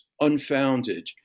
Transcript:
Unfounded